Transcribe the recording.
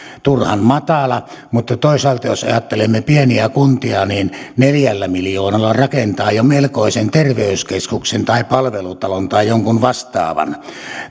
turhan matala mutta toisaalta jos ajattelemme pieniä kuntia niin neljällä miljoonalla rakentaa jo melkoisen terveyskeskuksen tai palvelutalon tai jonkun vastaavan